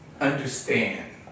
understand